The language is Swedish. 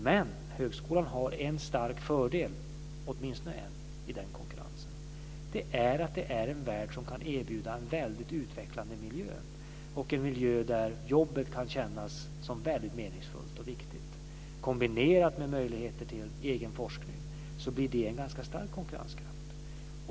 Men högskolan har en stark fördel - åtminstone en - i den konkurrensen, och det är att det är en värld som kan erbjuda en väldigt utvecklande miljö och en miljö där jobbet kan kännas som väldigt meningsfullt och viktigt. Kombinerat med möjligheter till egen forskning blir det en ganska stark konkurrenskraft.